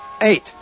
eight